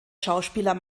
schauspieler